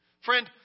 Friend